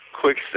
Quick